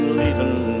leaving